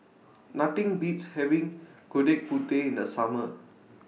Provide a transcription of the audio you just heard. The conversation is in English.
Nothing Beats having Gudeg Putih in The Summer